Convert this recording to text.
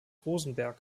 rosenberg